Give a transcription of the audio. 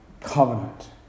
covenant